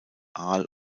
aal